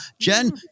Jen